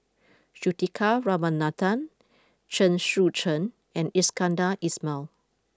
Juthika Ramanathan Chen Sucheng and Iskandar Ismail